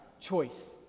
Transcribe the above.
choice